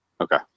Okay